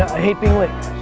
hate being late.